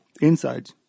inside